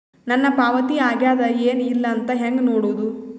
ನನ್ನ ಪಾವತಿ ಆಗ್ಯಾದ ಏನ್ ಇಲ್ಲ ಅಂತ ಹೆಂಗ ನೋಡುದು?